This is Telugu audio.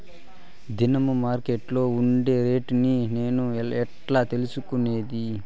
దినము మార్కెట్లో ఉండే రేట్లని నేను ఎట్లా తెలుసుకునేది?